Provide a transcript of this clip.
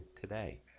today